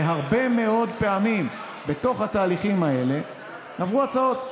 הרבה מאוד פעמים בתוך התהליכים האלה עברו הצעות.